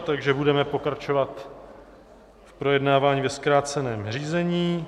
Takže budeme pokračovat v projednávání ve zkráceném řízení.